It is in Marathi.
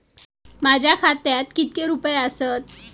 माझ्या खात्यात कितके रुपये आसत?